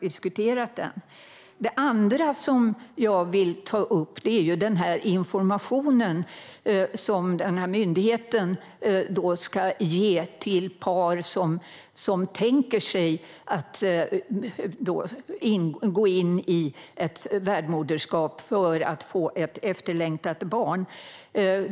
Det andra jag vill ta upp är den information som den här myndigheten ska ge till par som tänker sig att gå in i ett värdmoderskap för att få ett efterlängtat barn.